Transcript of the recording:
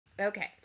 Okay